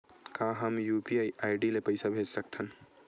का हम UPI ID ले पईसा भेज सकथन?